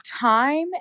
time